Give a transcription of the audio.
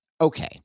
okay